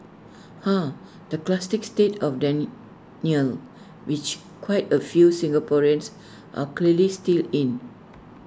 ah the classic state of denial which quite A few Singaporeans are clearly still in